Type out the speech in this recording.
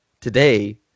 today